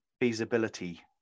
feasibility